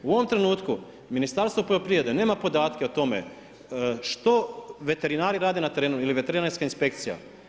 U ovom trenutku Ministarstvo poljoprivrede nema podatke o tome što veterinari rade na terenu ili veterinarska inspekcija.